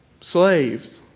slaves